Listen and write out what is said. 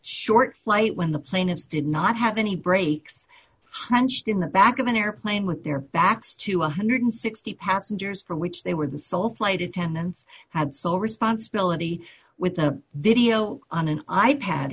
short flight when the plaintiffs did not have any breaks hunched in the back of an airplane with their backs to one hundred and sixty passengers for which they were the sole flight attendants had sole responsibility with a video on an i pad